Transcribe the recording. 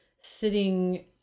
sitting